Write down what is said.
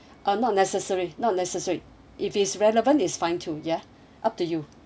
uh not necessary not necessary if it's relevant is fine too ya up to you